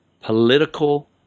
political